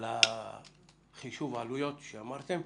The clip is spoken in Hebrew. לגבי חישוב העלויות שאמרתם,